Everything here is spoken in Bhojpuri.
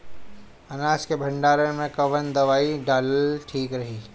अनाज के भंडारन मैं कवन दवाई डालल ठीक रही?